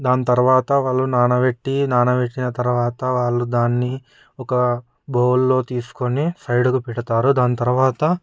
దాని తర్వాత వాళ్ళు నానబెట్టి నానబెట్టిన తర్వాత వాళ్లు దాన్ని ఒక బౌల్లో తీసుకొని సైడ్కి పెడతారు దాని తర్వాత